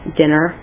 dinner